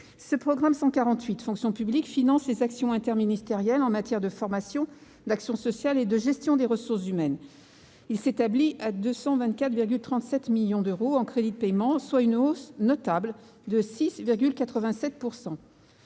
le programme 148, « Fonction publique », finance les actions interministérielles en matière de formation, d'action sociale et de gestion des ressources humaines. Il s'établit à 224,37 millions d'euros en crédits de paiement, soit une hausse notable de 6,87 %.